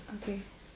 okay